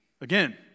Again